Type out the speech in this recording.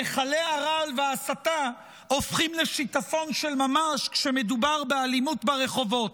נחלי הרעל וההסתה הופכים לשיטפון של ממש כשמדובר באלימות ברחובות.